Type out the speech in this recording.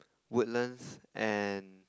Woodlands and